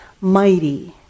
mighty